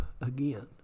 again